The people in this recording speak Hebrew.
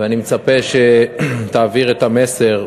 ואני מצפה שתעביר את המסר,